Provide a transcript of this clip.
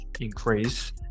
increase